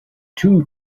too